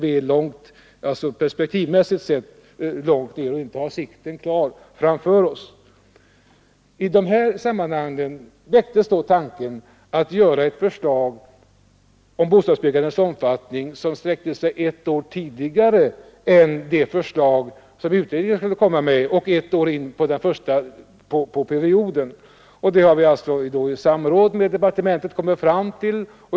I dessa sammanhang har då den tanken väckts att vi skulle göra upp ett förslag om bostadsbyggandets oomfattning som ligger ett år tidigare än det förslag utredningen skulle framlägga och som omfattar ett år in på den föreslagna perioden. Det har vi kommit fram till i samråd med departementschefen.